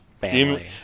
Family